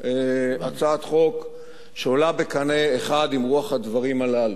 הצעת חוק שעולה בקנה אחד עם רוח הדברים הללו.